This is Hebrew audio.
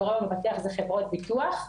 הגורם המבטח זה חברות ביטוח.